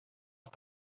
off